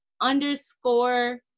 underscore